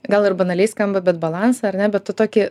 gal ir banaliai skamba bet balansą ar ne bet to tokį